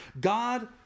God